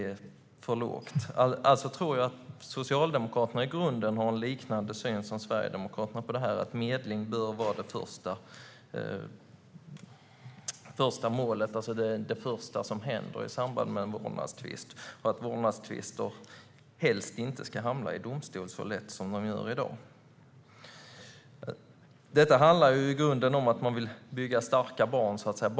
Jag tror att Socialdemokraterna har en syn på detta som i grunden liknar Sverigedemokraternas, nämligen att medling bör vara målet och det första som händer i samband med en vårdnadstvist. Vårdnadstvister ska helst inte heller hamna i domstol så lätt som de gör i dag. Detta handlar ju i grunden om att man vill bygga starka barn, så att säga.